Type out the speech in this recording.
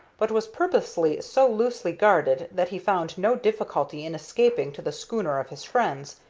but was purposely so loosely guarded that he found no difficulty in escaping to the schooner of his friends,